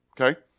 Okay